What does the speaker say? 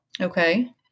Okay